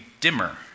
dimmer